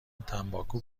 تنباکو